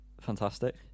fantastic